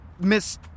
Miss